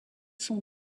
sont